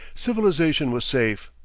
civilization was safe.